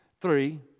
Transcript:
Three